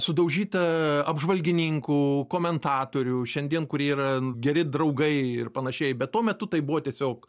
sudaužyta apžvalgininkų komentatorių šiandien kurie yra geri draugai ir panašiai bet tuo metu tai buvo tiesiog